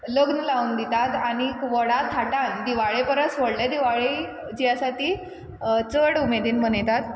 लग्न लावन दितात आनीक व्हडा थाटान दिवाळे परस व्हडले व्हडली दिवाळी जी आसा ती चड उमेदीन मनयतात